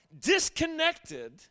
disconnected